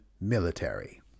military